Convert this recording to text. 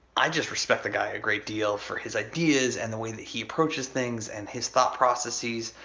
i just respect the guy a great deal for his ideas and the way that he approaches things and his thought processes.